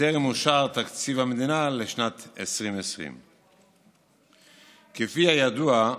שטרם אושר תקציב המדינה לשנת 2020. כפי שידוע,